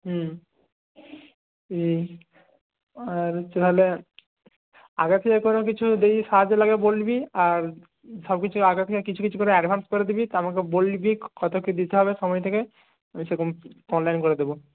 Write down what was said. হুম হুম আর তাহলে আগে থেকে কোনো কিছু দেখবি সাহায্য লাগলে বলবি আর সব কিছুই আগে থেকে কিছু কিছু করে অ্যাডভান্স করে দিবি তা আমাকে বলবি কত কী দিতে হবে সময় থেকে সেরকম অনলাইন করে দেবো